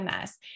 MS